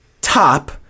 top